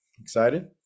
excited